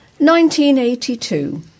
1982